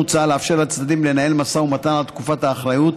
מוצע לאפשר לצדדים לנהל משא ומתן על תקופת האחריות,